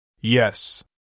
Yes